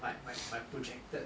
like my my project